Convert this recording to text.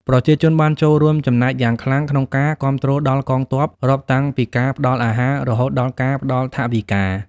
ប្រជាជនបានចូលរួមចំណែកយ៉ាងខ្លាំងក្នុងការគាំទ្រដល់កងទ័ព រាប់តាំងពីការផ្តល់អាហារ រហូតដល់ការផ្តល់ថវិកា។